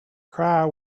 cry